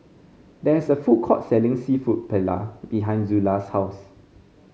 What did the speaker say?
there is a food court selling seafood Paella behind Zula's house